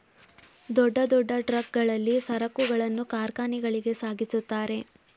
ದೊಡ್ಡ ದೊಡ್ಡ ಟ್ರಕ್ ಗಳಲ್ಲಿ ಸರಕುಗಳನ್ನು ಕಾರ್ಖಾನೆಗಳಿಗೆ ಸಾಗಿಸುತ್ತಾರೆ